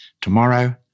tomorrow